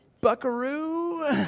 Buckaroo